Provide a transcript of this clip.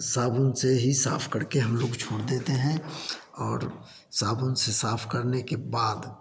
साबुन से ही साफ़ करके हम लोग छोड़ देते हैं और साबुन से साफ़ करने के बाद